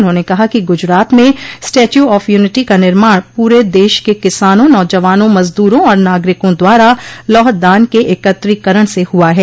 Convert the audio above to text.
उन्होंने कहा कि गुजरात में स्टेच्यू ऑफ यूनिटी का निर्माण पूरे देश के किसानों नौजवानों मजदूरों और नागरिकों द्वारा लौह दान के एकत्रीकरण से हुआ है